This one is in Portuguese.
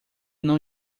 não